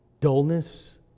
Dullness